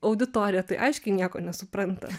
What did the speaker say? auditorija tai aiškiai nieko nesupranta